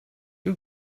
who